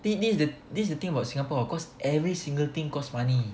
thi~ thi~ this the thing about Singapore cause every single thing cause money